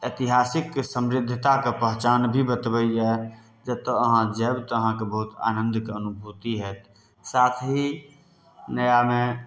ऐतिहासिक समृद्धताके पहचान भी बतबैया जतए अहाँ जायब तऽ अहाँके बहुत आनन्दके अनुभूति होयत साथ ही नयामे